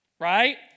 right